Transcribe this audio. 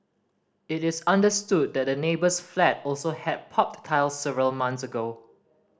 it is understood that the neighbour's flat also had popped tiles several months ago